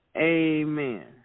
amen